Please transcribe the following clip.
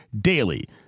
DAILY